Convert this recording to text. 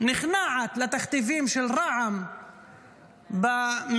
נכנעת לתכתיבים של רע"מ בממשלה,